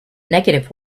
negative